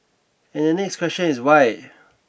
and the next question is why